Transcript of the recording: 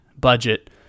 budget